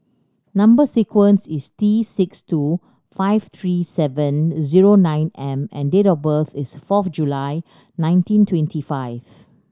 number sequence is T six two five three seven zero nine M and date of birth is fourth July nineteen twenty five